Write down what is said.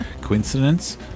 Coincidence